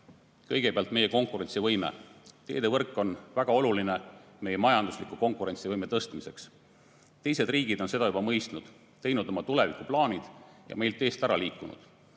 huve. Kõigepealt, meie konkurentsivõime. Teevõrk on väga oluline meie majandusliku konkurentsivõime tõstmiseks. Teised riigid on seda juba mõistnud, teinud oma tulevikuplaanid ja meilt eest ära liikunud.